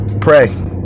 pray